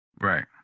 Right